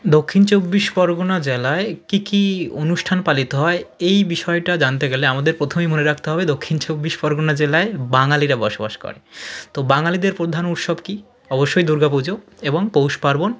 দক্ষিণ চব্বিশ পরগনা জেলায় কী কী অনুষ্ঠান পালিত হয় এই বিষয়টা জানতে গেলে আমাদের প্রথমেই মনে রাখতে হবে দক্ষিণ চব্বিশ পরগনা জেলায় বাঙালিরা বসবাস করে তো বাঙালিদের প্রধান উৎসব কী অবশ্যই দুর্গা পুজো এবং পৌষপার্বণ